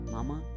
Mama